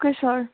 okay sir